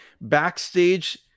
backstage